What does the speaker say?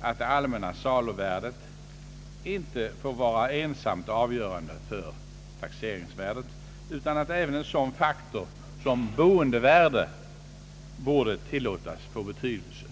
att det allmänna saluvärdet inte borde få vara ensamt avgörande för taxeringsvärdet. Också en sådan faktor som boendevärdet borde tillåtas få betydelse.